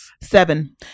seven